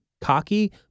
cocky